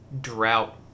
drought